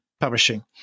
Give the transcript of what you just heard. publishing